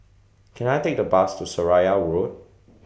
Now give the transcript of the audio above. Can I Take The Bus to Seraya Road